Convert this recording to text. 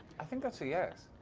i think that's a yes.